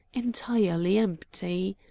entirely empty.